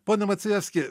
pone macijenski